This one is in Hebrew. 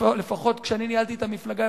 לפחות כשאני ניהלתי את המפלגה,